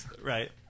Right